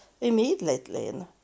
immediately